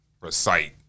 recite